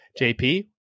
JP